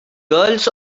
girls